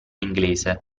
inglese